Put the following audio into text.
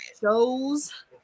shows